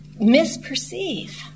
misperceive